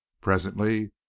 Presently